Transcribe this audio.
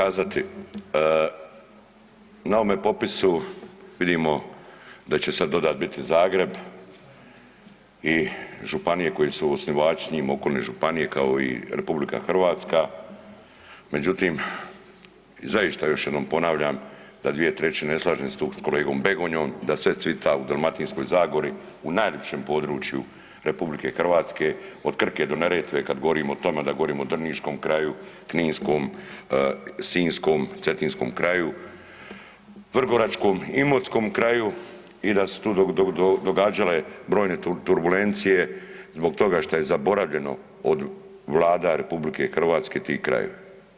Šta kazati, na ovome popisu vidimo da će sad dodat biti Zagreb i županije koje su osnivači s njim, okolne županije kao i RH, međutim i zaista još jednom ponavljam da 2/3, ne slažem se tu s kolegom Begonjom da sve cvita u Dalmatinskoj zagori u najlipšem području RH od Krke do Neretve, kad govorim o tome onda govorim o drniškom kraju, kninskom, sinjskom, cetinskom kraju, vrgoračkom, imotskom kraju i da su se tu događale brojne turbulencije zbog toga što je zaboravljeno od vlada RH ti krajevi.